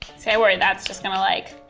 see, i worry that's just gonna like,